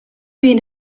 been